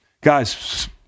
Guys